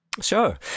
Sure